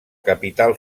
capital